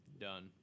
Done